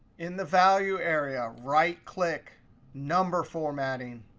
in the value area, right click number formatting,